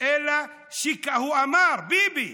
אלא" הוא אמר, ביבי,